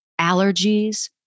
allergies